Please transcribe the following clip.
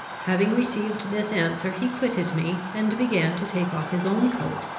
having received this answer, he quitted me, and began to take off his own coat,